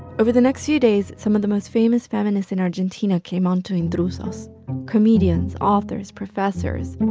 over the next few days, some of the most famous feminists in argentina came on to intrusos comedians, authors, professors.